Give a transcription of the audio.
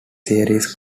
theories